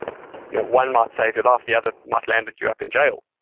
you know one might save your life. the other might land and you up in jail